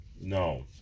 no